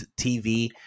tv